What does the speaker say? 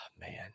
man